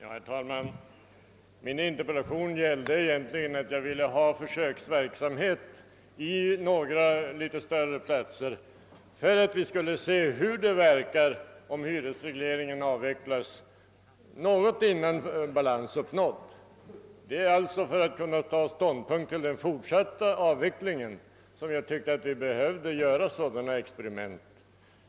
Herr talman! Min interpellation gällde egentligen att jag vill få till stånd en försöksverksamhet på några större platser för att vi något innan balans blivit uppnådd därigenom skulle kunna se verkningarna av en avvecklad hyresreglering. För att kunna ta ståndpunkt till en fortsatt avveckling borde vi göra sådana experiment.